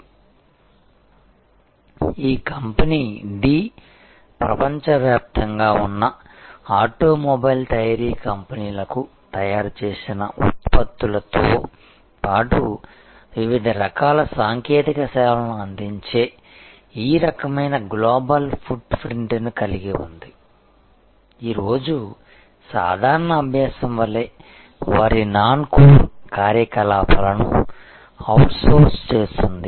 కాబట్టి ఈ కంపెనీ డి ప్రపంచవ్యాప్తంగా ఉన్న ఆటోమొబైల్ తయారీ కంపెనీలకు తయారు చేసిన ఉత్పత్తులతో పాటు వివిధ రకాల సాంకేతిక సేవలను అందించే ఈ రకమైన గ్లోబల్ ఫుట్ప్రింట్ని కలిగి ఉంది ఈ రోజు సాధారణ అభ్యాసం వలె వారి నాన్కోర్ కార్యకలాపాలను అవుట్సోర్స్ చేస్తుంది